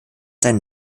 seinen